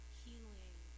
healing